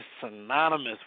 synonymous